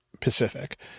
Pacific